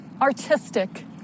artistic